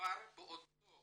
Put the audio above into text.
כבר באותו